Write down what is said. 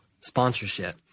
sponsorship